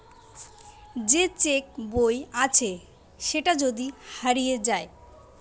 যে চেক বই আছে সেটা যদি হারিয়ে যায়